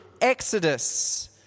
exodus